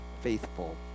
faithful